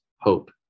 hope